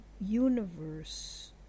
universe